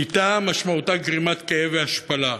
שליטה משמעותה גרימת כאב והשפלה.